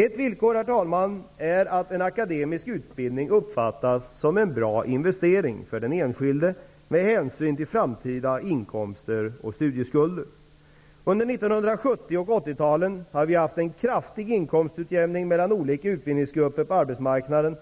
Ett villkor, herr talman, är att en akademisk utbildning uppfattas som en bra investering för den enskilde med hänsyn till framtida inkomster och studieskulder. Under 1970 och 1980-talen har vi haft en kraftig inkomstutjämning mellan olika utbildningsgrupper på arbetsmarknaden.